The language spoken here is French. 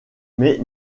mais